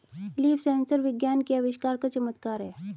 leaf sensor विज्ञान के आविष्कार का चमत्कार है